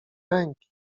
ręki